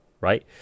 right